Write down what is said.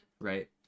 right